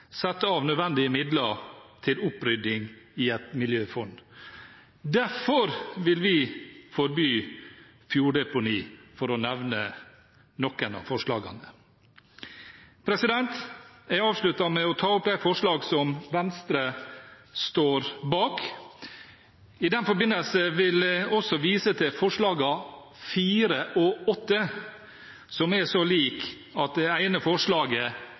sette av nødvendige midler til opprydding i et miljøfond, og derfor vil vi forby fjorddeponi, for å nevne noen av forslagene. Jeg avslutter med å ta opp de forslagene som Venstre står bak. I den forbindelse vil jeg også vise til forslagene nr. 4 og 8. Disse forslagene er så like at det ene forslaget,